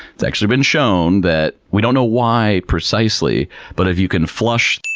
it's actually been shown that, we don't know why precisely, but if you can flush